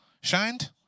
Shined